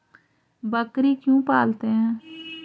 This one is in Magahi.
बकरी क्यों पालते है?